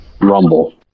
rumble